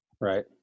right